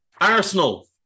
Arsenal